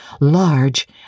large